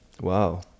wow